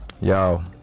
yo